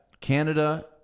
Canada